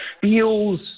feels